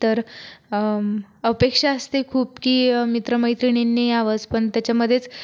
तर अपेक्षा असते खूप की मित्रमैत्रिणींंनी यावंच पण त्याच्यामध्येच